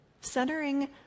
centering